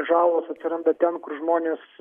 žalos atsiranda ten kur žmonės